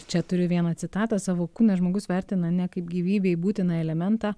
čia turiu vieną citatą savo kūną žmogus vertina ne kaip gyvybei būtiną elementą